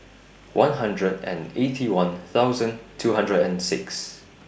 one hundred and Eighty One thosuand two hundred and six